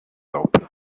open